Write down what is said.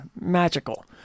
magical